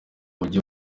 mujyi